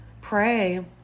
pray